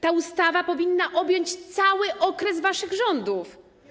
Ta ustawa powinna objąć cały okres waszych rządów.